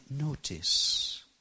notice